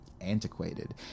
antiquated